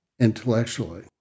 intellectually